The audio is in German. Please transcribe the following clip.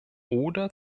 oder